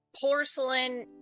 porcelain